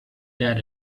that